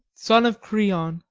son of creon,